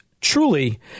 truly